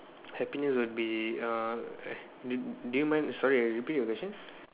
happiness would be uh eh do you mind sorry uh repeat your question